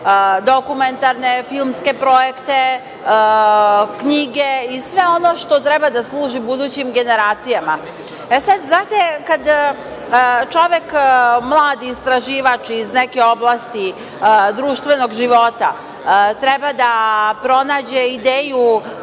dokumentarne filmske projekte, knjige i sve ono što treba da služi budućim generacijama. Znate, kada čovek mlad istraživač iz neke oblasti, društvenog života treba da pronađe ideju,